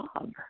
job